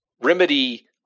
Remedy